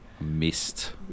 Missed